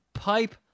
Pipe